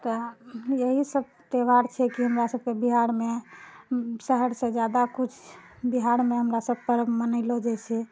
तऽ इएहसब त्योहार छै कि हमरा सबके बिहारमे शहरसँ ज्यादा कुछ बिहारमे हमरासब परब मनैलऽ जाइ छै